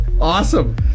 Awesome